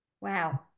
Wow